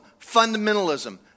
Fundamentalism